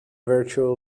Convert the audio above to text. virtual